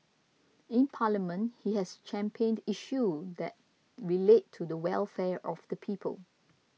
in Parliament he has championed issue that relate to the welfare of the people